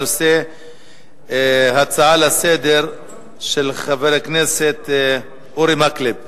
של חבר הכנסת אורי מקלב.